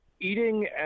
Eating